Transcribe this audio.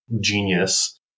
genius